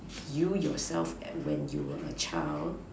you yourself at when you were a child